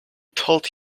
told